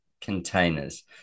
containers